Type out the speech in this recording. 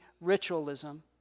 ritualism